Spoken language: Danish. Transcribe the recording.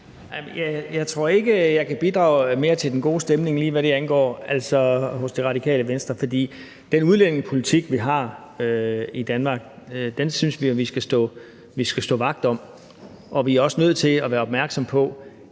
Jeg tror ikke, at jeg kan bidrage mere til den gode stemning, lige hvad det angår, hos Det Radikale Venstre. For den udlændingepolitik, som vi har i Danmark, synes vi jo at vi skal stå vagt om, og vi er også nødt til at være opmærksomme på,